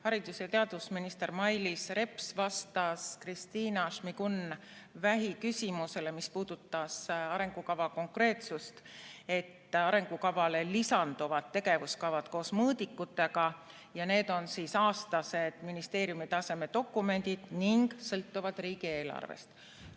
haridus- ja teadusminister Mailis Reps vastas Kristina Šmigun-Vähi küsimusele, mis puudutas arengukava konkreetsust, et arengukavale lisanduvad tegevuskavad koos mõõdikutega ja need on aastased ministeeriumi taseme dokumendid ning sõltuvad riigieelarvest.